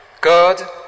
God